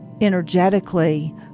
energetically